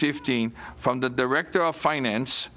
fifteen from the director of finance